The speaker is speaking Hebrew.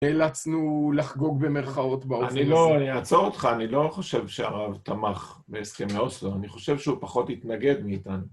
נאלצנו לחגוג במרכאות באופן מסוים. אני לא, אני אעצור אותך, אני לא חושב שהרב תמך בהסכמי אוסלו, אני חושב שהוא פחות התנגד מאיתנו.